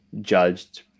judged